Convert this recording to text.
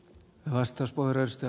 arvoisa puhemies